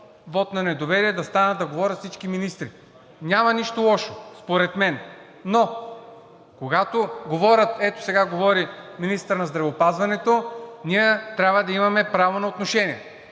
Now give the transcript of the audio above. вот на недоверие, да станат да говорят всички министри. Няма нищо лошо според мен. Но когато говорят, ето сега говори министърът на здравеопазването, ние трябва да имаме право на отношение.